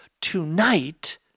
tonight